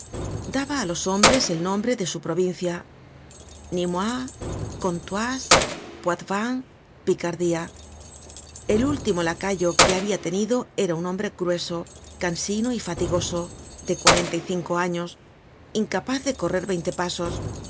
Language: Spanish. daba á los hombres el nombre de su provincia nimois contoise puitevin picardia el último lacayo que habia tenido era un hombre grueso cansino y fatigoso de cuarenta y cinco años incapaz de correr veinte pasos